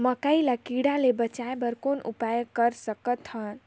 मकई ल कीड़ा ले बचाय बर कौन उपाय कर सकत हन?